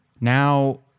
Now